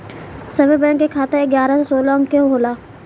सभे बैंक के खाता एगारह से सोलह अंक के होला